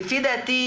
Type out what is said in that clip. לפי דעתי,